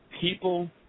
people